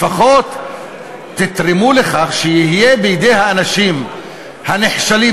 לפחות תתרמו לכך שיהיו בידי האנשים הנחשלים